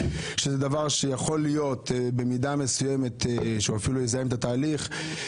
שזה דבר שיכול להיות במידה מסוימת שהוא אפילו יזהם את התהליך.